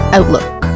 Outlook